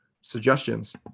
suggestions